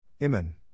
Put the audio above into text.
Iman